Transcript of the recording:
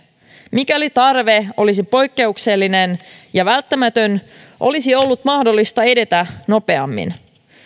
mikäli tarve olisi poikkeuksellinen ja välttämätön olisi ollut mahdollista edetä nopeammin